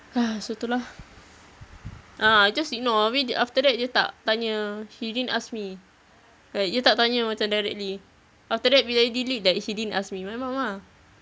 !hais! so tu lah a'ah I just ignore abeh d~ after that dia tak tanya she didn't ask me but dia tak tanya macam directly after that bila dia delete like she didn't ask me my mum ah